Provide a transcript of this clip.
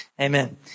Amen